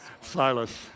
Silas